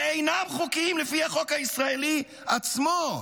שאינם חוקיים לפי החוק הישראלי עצמו,